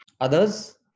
Others